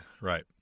right